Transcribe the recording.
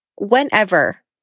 whenever